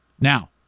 Now